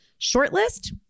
Shortlist